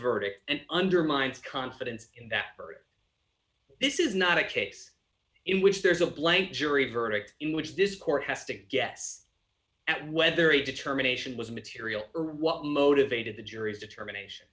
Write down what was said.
verdict and undermines confidence that this is not a case in which there is a blank jury verdict in which this court has to guess at whether a determination was material or what motivated the jury's determination